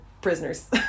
prisoners